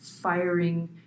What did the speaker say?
firing